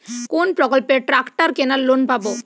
কোন প্রকল্পে ট্রাকটার কেনার লোন পাব?